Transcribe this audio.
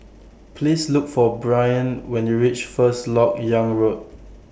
Please Look For Brynn when YOU REACH First Lok Yang Road